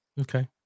Okay